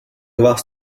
vás